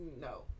No